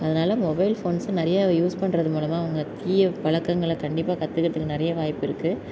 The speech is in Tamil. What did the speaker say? அதனால மொபைல் ஃபோன்ஸை நிறைய யூஸ் பண்ணுறது மூலமாக அவங்க தீய பழக்கங்களை கண்டிப்பாக கற்றுக்குறதுக்கு நிறைய வாய்ப்பு இருக்குது